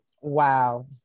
wow